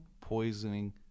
poisoning